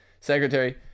Secretary